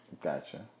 Gotcha